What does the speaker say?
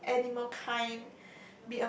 his animal kind